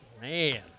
Man